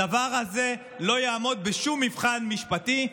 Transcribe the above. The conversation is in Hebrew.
הדבר הזה לא יעמוד בשום מבחן משפטי.